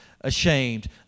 ashamed